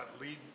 lead